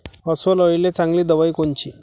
अस्वल अळीले चांगली दवाई कोनची?